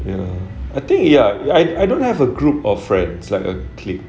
ya I think ya I I don't have a group of friends like a clique